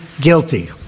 guilty